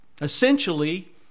Essentially